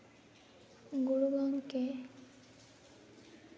ᱜᱩᱨᱩ ᱜᱚᱢᱠᱮ